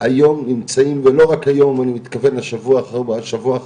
היום נמצאים ולא רק היום אני מתכוון לשבוע האחרון,